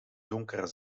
donkere